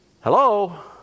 Hello